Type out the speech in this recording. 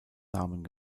namen